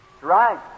Right